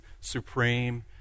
supreme